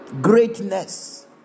Greatness